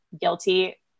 guilty